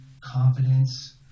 confidence